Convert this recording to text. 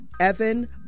Evan